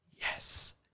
Yes